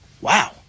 Wow